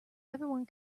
everyone